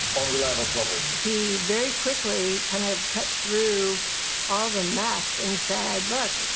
unreliable coverage? he very quickly kind of cut through all the mess and said, look,